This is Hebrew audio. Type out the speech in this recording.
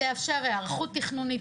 זה יאפשר היערכות תכנונית,